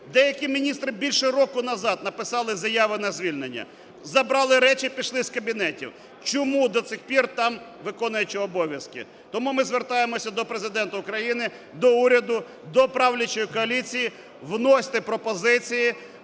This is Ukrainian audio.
Деякі міністри більше року назад написали заяви на звільнення, забрали речі і пішли з кабінетів. Чому до цих пір там виконуюча обов'язки? Тому ми звертаємося до Президента України, до уряду, до правлячої коаліції: вносьте пропозиції